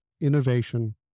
innovation